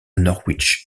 norwich